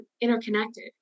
interconnected